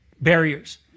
barriers